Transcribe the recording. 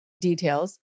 details